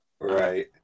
Right